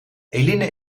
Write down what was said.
eline